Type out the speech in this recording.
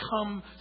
come